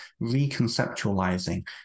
reconceptualizing